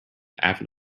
after